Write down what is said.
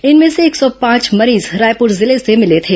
इनमें से एक सौ पांच मरीज रायपूर जिले से मिले थे